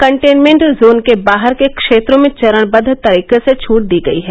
containment zone के बाहर के क्षेत्रों में चरणबद्व तरीके से छूट दी जाएगी